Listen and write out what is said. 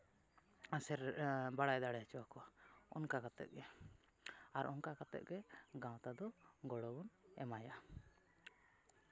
ᱟᱥᱮᱨ ᱵᱟᱲᱟᱭ ᱫᱟᱲᱮ ᱦᱚᱪᱚᱣᱟᱠᱚᱣᱟ ᱚᱱᱠᱟ ᱠᱟᱛᱮᱫ ᱜᱮ ᱟᱨ ᱚᱱᱠᱟ ᱠᱟᱛᱮᱫ ᱜᱮ ᱜᱟᱶᱛᱟ ᱫᱚ ᱜᱚᱲᱚ ᱵᱚᱱ ᱮᱢᱟᱭᱟ